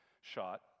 shot